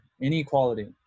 inequality